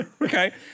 okay